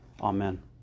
Amen